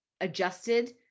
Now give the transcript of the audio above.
adjusted